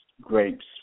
grapes